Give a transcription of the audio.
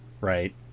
right